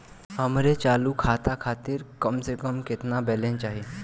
हमरे चालू खाता खातिर कम से कम केतना बैलैंस चाही?